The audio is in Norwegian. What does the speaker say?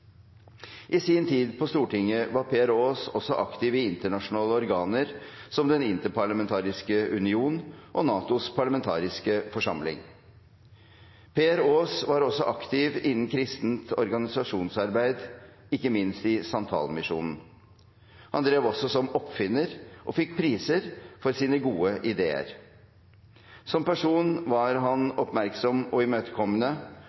i stortingsgruppen. I sin tid på Stortinget var Per Aas også aktiv i internasjonale organer, som Den interparlamentariske union og NATOs parlamentariske forsamling. Per Aas var også aktiv innenfor kristent organisasjonsarbeid – ikke minst i Santalmisjonen. Han drev også som oppfinner, og fikk priser for sine gode ideer. Som person var han oppmerksom og imøtekommende,